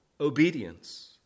obedience